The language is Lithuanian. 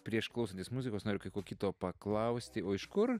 prieš klausantis muzikos noriu kai ko kito paklausti o iš kur